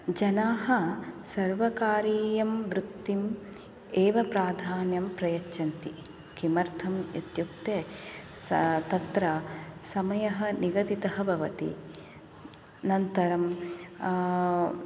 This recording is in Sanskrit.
जनाः सर्वकारीयं वृत्तिम् एव प्राधान्यं प्रयच्छन्ति किमर्थम् इत्युक्ते स तत्र समयः निगदितः भवति अनन्तरं